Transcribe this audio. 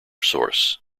source